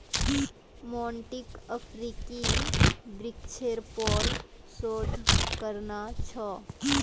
मोंटीक अफ्रीकी वृक्षेर पर शोध करना छ